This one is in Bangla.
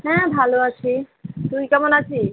হ্যাঁ ভালো আছি তুই কেমন আছিস